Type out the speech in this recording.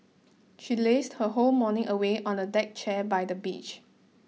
she lazed her whole morning away on a deck chair by the beach